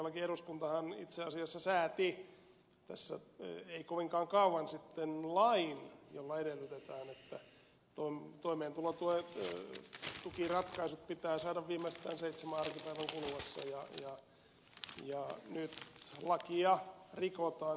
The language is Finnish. todellakin eduskuntahan itse asiassa sääti ei kovinkaan kauan sitten lain jolla edellytetään että toimeentulotukiratkaisut pitää saada viimeistään seitsemän arkipäivän kuluessa ja nyt lakia rikotaan